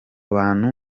bantu